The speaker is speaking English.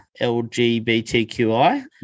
lgbtqi